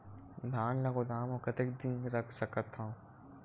धान ल गोदाम म कतेक दिन रख सकथव?